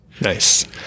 Nice